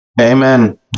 Amen